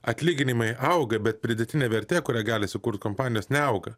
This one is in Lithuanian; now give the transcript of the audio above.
atlyginimai auga bet pridėtinė vertė kurią gali sukurt kompanijos neauga